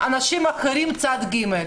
אנשים אחרים, צד ג'.